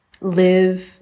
live